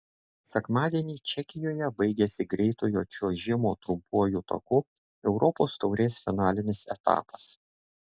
sekmadienį čekijoje baigėsi greitojo čiuožimo trumpuoju taku europos taurės finalinis etapas